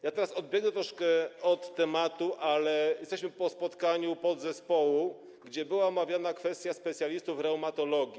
Ja teraz odbiegnę troszkę od tematu, ale jesteśmy po spotkaniu podzespołu, gdzie była omawiana kwestia specjalistów reumatologii.